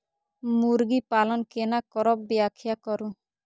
मुर्गी पालन केना करब व्याख्या करु?